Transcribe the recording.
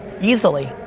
Easily